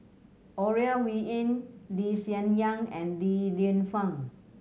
Ore Huiying Lee Hsien Yang and Li Lienfung